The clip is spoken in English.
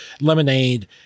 lemonade